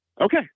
Okay